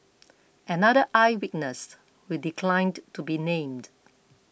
another eye witness who declined to be named